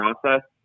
process